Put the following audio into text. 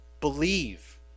Believe